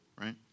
right